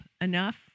enough